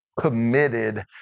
committed